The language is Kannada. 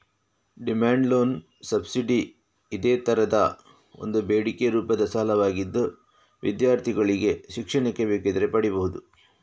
ಡಿಮ್ಯಾಂಡ್ ಲೋನ್ ಸಬ್ಸಿಡಿ ಇದೇ ತರದ ಒಂದು ಬೇಡಿಕೆ ರೂಪದ ಸಾಲವಾಗಿದ್ದು ವಿದ್ಯಾರ್ಥಿಗಳಿಗೆ ಶಿಕ್ಷಣಕ್ಕೆ ಬೇಕಿದ್ರೆ ಪಡೀಬಹುದು